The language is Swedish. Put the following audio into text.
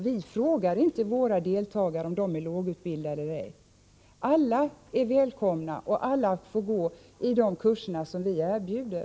Vi frågar inte våra deltagare om de är lågutbildade eller ej. Alla är välkomna och alla får gå i de kurser som vi erbjuder.